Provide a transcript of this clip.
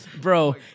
Bro